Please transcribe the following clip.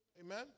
Amen